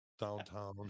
downtown